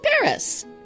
Paris